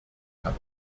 kann